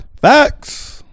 Facts